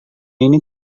ini